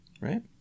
Right